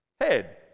head